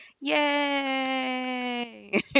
yay